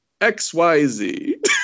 xyz